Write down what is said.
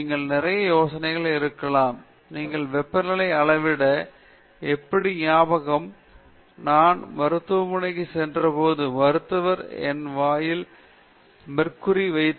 நீங்கள் நிறைய யோசனைகள் இருக்கலாம் நீங்கள் வெப்பநிலை அளவிட எப்படி ஞாபகம் நான் மருத்துவமனைக்கு சென்ற போது மருத்துவர் என் வாயில் கண்ணாடி வெப்பமானி ஒரு பாதரசம் வைத்து